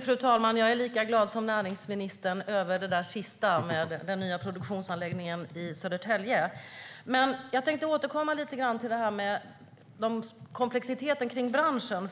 Fru talman! Jag är lika glad som näringsministern över den nya produktionsanläggningen i Södertälje, men jag tänkte återkomma till det här med komplexiteten i branschen.